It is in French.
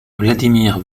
vladimir